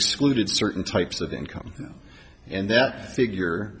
excluded certain types of income and that figure